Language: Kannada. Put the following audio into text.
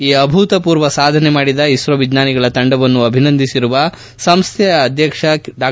ಈ ಅಭೂತಪೂರ್ವ ಸಾಧನೆ ಮಾಡಿದ ಇಸ್ತೋ ವಿಜ್ಞಾನಿಗಳ ತಂಡವನ್ನು ಅಭಿನಂದಿಸಿರುವ ಸಂಸ್ಥೆಯ ಅಧ್ಯಕ್ಷ ಡಾ